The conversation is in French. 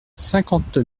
cinquante